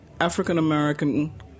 African-American